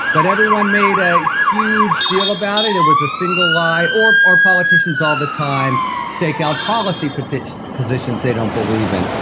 but everyone made a huge deal about it it was a single like or or politicians all the time stake out policy parties, positions they don't believe in.